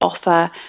offer